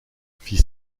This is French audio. fit